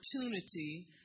opportunity